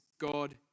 God